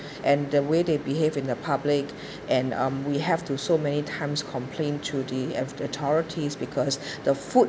and the way they behave in the public and um we have to so many times complain to the authorities because the food